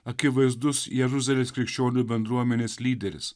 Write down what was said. akivaizdus jeruzalės krikščionių bendruomenės lyderis